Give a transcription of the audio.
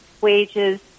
wages